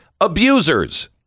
abusers